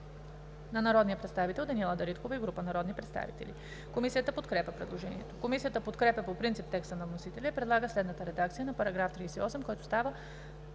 от народния представител Даниела Дариткова и група народни представители. Комисията подкрепя предложението. Комисията подкрепя по принцип текста на вносителя и предлага следната редакция на § 38, който става